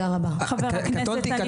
אלה